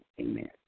Amen